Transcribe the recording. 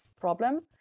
problem